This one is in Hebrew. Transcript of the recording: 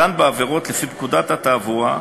הדן בעבירות לפי פקודת התעבורה,